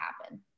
happen